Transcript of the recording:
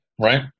right